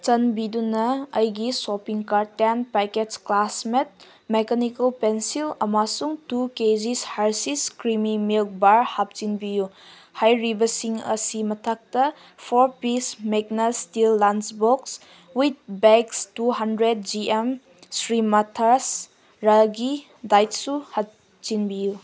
ꯆꯥꯟꯕꯤꯗꯨꯅ ꯑꯩꯒꯤ shopping cart ten packs classmate mechanical pencil ꯑꯃꯁꯨꯡ two KGs Hershey's creamy milk bar ꯍꯥꯞꯆꯤꯟꯕꯤꯌꯨ ꯍꯥꯏꯔꯤꯕꯁꯤꯡ ꯑꯁꯤ ꯃꯊꯛꯇ ꯐꯣꯔ ꯄꯤꯁ ꯃꯦꯛꯅꯁ steel lunch box with bags two hundred G M ꯁ꯭ꯔꯤꯃꯊꯁ ꯔꯥꯒꯤ ꯗꯥꯏꯠꯁꯨ ꯍꯥꯞꯆꯤꯟꯕꯤꯌꯨ